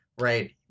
right